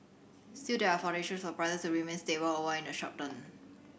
still there are foundations for prices to remain stable overall in the short term